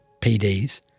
PDs